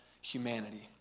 humanity